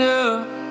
up